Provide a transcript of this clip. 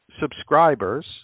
subscribers